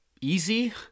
easy